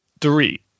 Three